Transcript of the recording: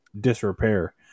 disrepair